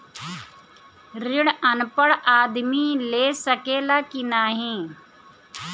ऋण अनपढ़ आदमी ले सके ला की नाहीं?